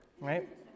right